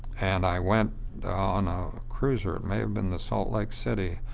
and i went on a cruiser-it may have been the salt lake city.